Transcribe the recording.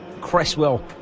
Cresswell